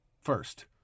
first